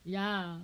ya